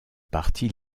parti